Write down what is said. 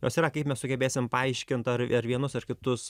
jos yra kaip mes sugebėsim paaiškint ar ar vienus ar kitus